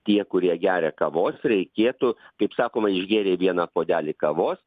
tie kurie geria kavos reikėtų kaip sakoma išgėrei vieną puodelį kavos